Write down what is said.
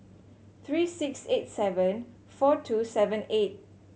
three six eight seven four two seven eight